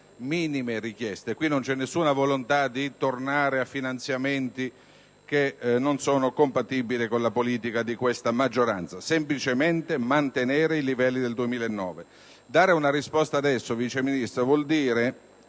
minime richieste. Non c'è alcuna volontà di tornare a finanziamenti non compatibili con la politica di questa maggioranza. Semplicemente si chiede di mantenere i livelli del 2009. Dare una risposta adesso, Vice Ministro, vuol dire